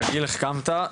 כרגיל החכמת,